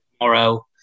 tomorrow